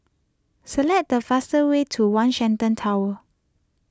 select the fastest way to one Shenton Tower